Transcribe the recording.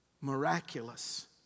Miraculous